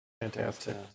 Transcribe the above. Fantastic